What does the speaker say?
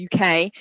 UK